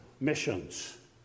missions